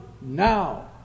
now